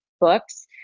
books